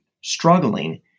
struggling